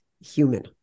human